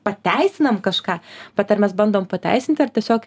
pateisinam kažką bet ar mes bandom pateisinti ar tiesiog